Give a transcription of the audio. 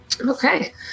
Okay